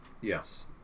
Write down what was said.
Yes